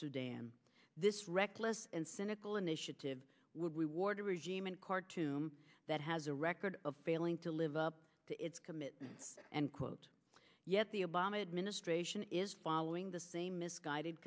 sudan this reckless and cynical initiative would reward a regime in khartoum that has a record of failing to live up to its commitments and quote yet the obama administration is following the same misguided